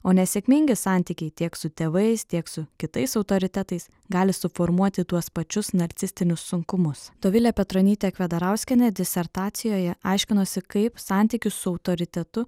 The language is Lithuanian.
o nesėkmingi santykiai tiek su tėvais tiek su kitais autoritetais gali suformuoti tuos pačius narcistinius sunkumus dovilė petronytė kvedarauskienė disertacijoje aiškinosi kaip santykis su autoritetu